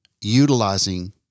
utilizing